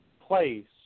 place